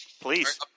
Please